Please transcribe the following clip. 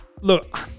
look